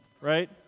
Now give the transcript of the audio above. right